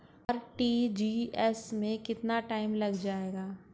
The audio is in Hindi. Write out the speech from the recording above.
आर.टी.जी.एस में कितना टाइम लग जाएगा?